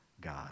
God